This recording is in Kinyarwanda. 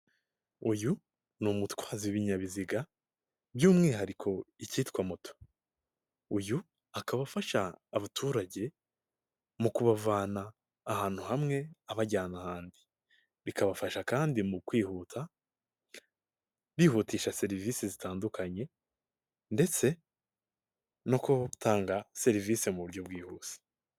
Uyu ni umutwaza w'ibinyabiziga by'umwihariko icyitwa moto, uyu akaba afasha abaturage mu kubavana ahantu hamwe abajyana ahandi. Bikabafasha kandi mu kwihuta bihutisha serivisi zitandukanye ndetse no kutanga serivisi mu buryo bwihuse.